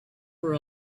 for